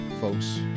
folks